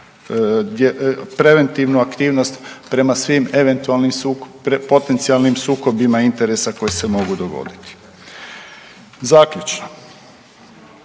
preventivnu aktivnost prema svim eventualnim potencijalnim sukobima interesa koji se mogu dogoditi. Zaključno